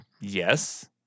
Yes